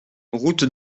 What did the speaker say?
route